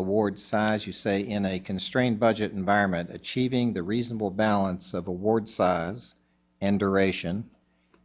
award size you say in a constrained budget environment achieving the reasonable balance of award signs and duration